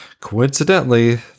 coincidentally